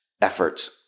efforts